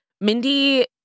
Mindy